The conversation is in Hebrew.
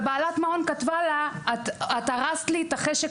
ובעלת מעון כתבה לה: את הרסת לי החשק